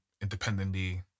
independently